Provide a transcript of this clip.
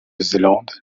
zélande